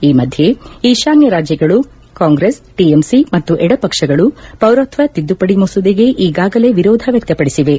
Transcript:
ಈ ಮಧ್ಯೆ ಈಶಾನ್ದ ರಾಜ್ಯಗಳು ಕಾಂಗ್ರೆಸ್ ಟಿಎಂಸಿ ಮತ್ತು ಎಡ ಪಕ್ಷಗಳು ಪೌರತ್ವ ತಿದ್ದುಪಡಿ ಮಸೂದೆಗೆ ಈಗಗಾಲೇ ವಿರೋಧ ವ್ಯಕ್ತಪಡಿಸಿವೆ